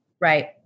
Right